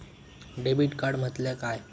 Debit card म्हटल्या काय?